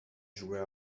schuhe